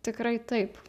tikrai taip